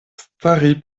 stari